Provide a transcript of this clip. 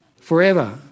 forever